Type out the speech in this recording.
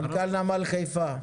מנכ"ל נמל חיפה,